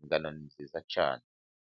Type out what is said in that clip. ingano ni nziza cyane.